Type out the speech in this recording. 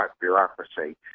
bureaucracy